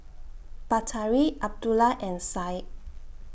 Batari Abdullah and Syed